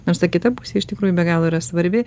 nors ta kita pusė iš tikrųjų be galo yra svarbi